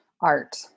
art